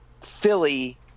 Philly